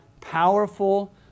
powerful